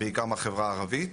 בעיקר מהחברה הערבית,